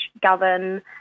govern